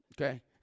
Okay